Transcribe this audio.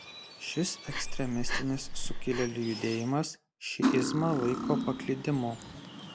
šis ekstremistinis sukilėlių judėjimas šiizmą laiko paklydimu